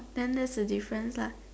then that's the difference lah